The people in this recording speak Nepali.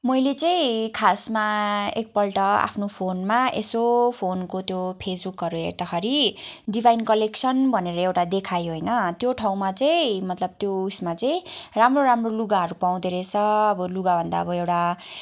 मैले चाहिँ खासमा एक पल्ट आफ्नो फोनमा यसो फोनको त्यो फेसबुकहरू हेर्दाखेरि डिभाइन कलेक्सन भनेर एउटा देखायो होइन त्यो ठाउँमा चाहिँ मतलब त्यो उयसमा चाहिँ राम्रो राम्रो लुगाहरू पाउँदो रहेछ अब लुगा भन्दा अब एउटा